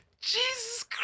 Jesus